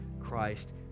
Christ